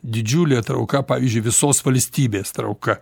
didžiulė trauka pavyzdžiui visos valstybės trauka